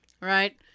Right